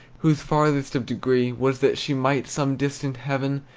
whose farthest of degree was that she might, some distant heaven,